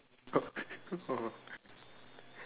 oh oh